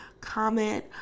comment